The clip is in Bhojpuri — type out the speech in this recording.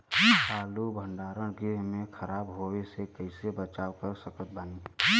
आलू भंडार गृह में खराब होवे से कइसे बचाव कर सकत बानी?